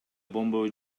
бомба